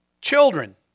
children